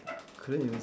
couldn't even